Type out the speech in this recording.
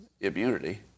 immunity